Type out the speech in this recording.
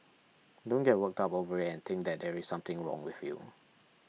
don't get worked up over it and think that there is something wrong with you